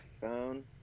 phone